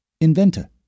inventor